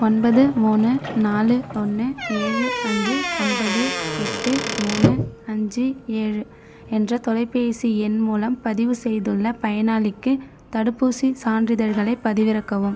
ஒன்பது மூணு நாலு ஒன்று ஏழு அஞ்சு ஒன்பது எட்டு மூணு அஞ்சு ஏழு என்ற தொலைபேசி எண் மூலம் பதிவு செய்துள்ள பயனாளிக்கு தடுப்பூசிச் சான்றிதழ்களைப் பதிவிறக்கவும்